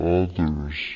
others